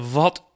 wat